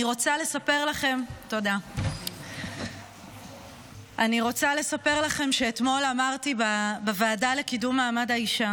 אני רוצה לספר לכם שאתמול אמרתי בוועדה לקידום מעמד האישה